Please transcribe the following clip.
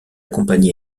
compagnie